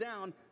down